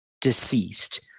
deceased